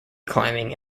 climbing